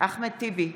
אחמד טיבי,